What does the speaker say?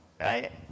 right